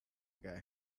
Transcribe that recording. ago